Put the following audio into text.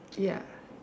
ya